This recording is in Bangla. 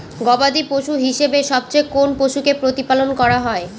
গবাদী পশু হিসেবে সবচেয়ে কোন পশুকে প্রতিপালন করা হয়?